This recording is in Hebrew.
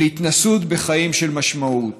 אל התנסות בחיים של משמעות.